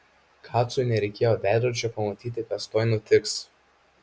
kacui nereikėjo veidrodžio pamatyti kas tuoj nutiks